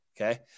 okay